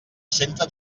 centre